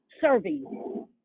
serving